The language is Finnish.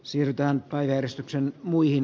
siirrytään pääjäristyksen muihin